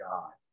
God